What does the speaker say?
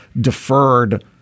deferred